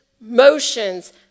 motions